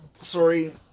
Sorry